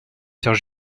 sœur